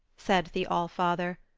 said the all-father,